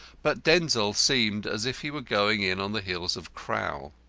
but denzil seemed as if he were going in on the heels of crowl.